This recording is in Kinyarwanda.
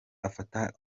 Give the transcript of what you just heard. afata